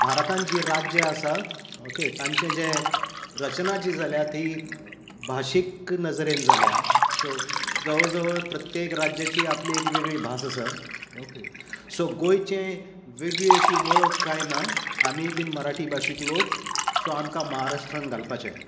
भारतान जी राज्य आसा ओके तांचे जी रचना जी जाल्या ती भाशीक नजरेन जाल्या सो जवळ जवळ प्रत्येक राज्यांची आपली एक वेगळी भास आसा ओके सो गोंयचे वेगळी अशी वळख कांय ना आमी बिन मराठी भाशीक लोक सो आमकां महाराष्ट्रान घालपाचे